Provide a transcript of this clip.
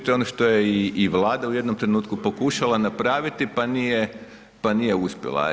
To je ono što je i Vlada u jednom trenutku pokušala napraviti pa nije uspjela.